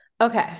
Okay